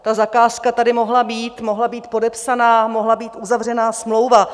Ta zakázka tady mohla být, mohla být podepsaná, mohla být uzavřená smlouva.